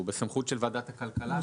הוא בסמכות של ועדת הכלכלה,